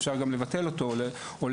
אפשר גם לבטלו או לצמצמו.